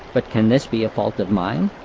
but can this be a fault of mine?